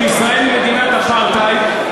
שישראל היא מדינת אפרטהייד,